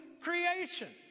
creation